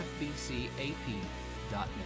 fbcap.net